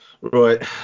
Right